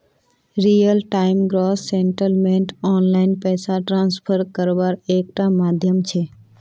real time gross settlement online पैसा transfer कारवार एक टा माध्यम छे